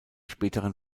späteren